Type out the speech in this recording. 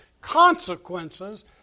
consequences